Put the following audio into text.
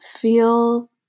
feel